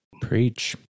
Preach